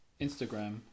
Instagram